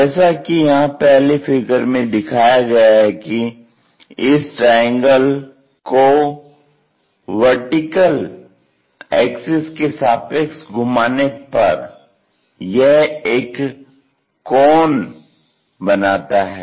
जैसा कि यहां पहले फिगर में दिखाया गया है कि इस ट्राइंगल को वर्टिकल एक्सिस के सापेक्ष घुमाने पर यह एक कोन बनाता है